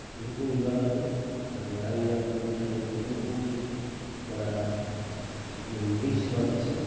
बेफोरखौ मोनोबा लागौ माने रांनि आंखालनि थाखाय बेफोरखौ बारा मोनहैस्लाबासै